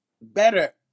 better